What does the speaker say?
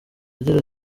agira